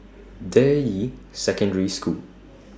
Deyi Secondary School